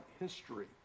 history